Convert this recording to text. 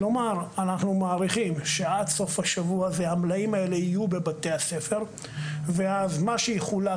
אנחנו מעריכים שעד סוף השבוע המלאים האלה יהיו בבתי הספר ואז מה שיחולק,